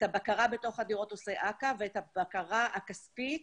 את הבקרה בתוך הדירות עושה אכ"א ואת הבקרה הכספית